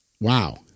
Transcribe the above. wow